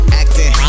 acting